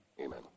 Amen